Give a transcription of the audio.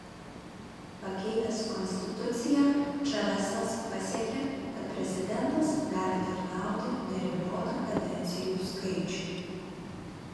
pakeitęs konstituciją čavesas pasiekė kad prezidentas gali tarnauti neribotą kadencijų skaičių